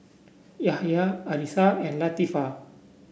Yahya Arissa and Latifa